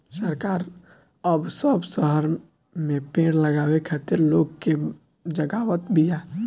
सरकार अब सब शहर में पेड़ लगावे खातिर लोग के जगावत बिया